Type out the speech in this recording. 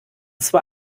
zwar